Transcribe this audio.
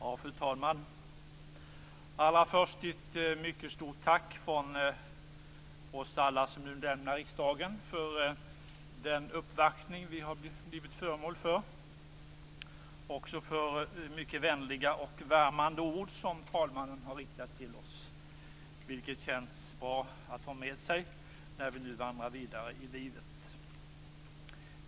Fru talman! Allra först ett mycket stort tack från oss alla som nu lämnar riksdagen för den uppvaktning vi har blivit föremål för och för de mycket vänliga och värmande ord som talmannen har riktat till oss, vilka känns bra att ha med oss när vi nu vandrar vidare i livet.